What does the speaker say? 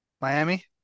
Miami